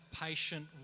patient